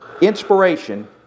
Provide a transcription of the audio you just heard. inspiration